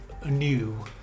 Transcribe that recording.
anew